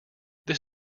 this